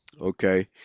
okay